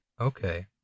okay